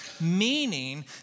meaning